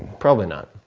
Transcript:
probably not.